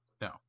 No